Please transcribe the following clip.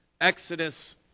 Exodus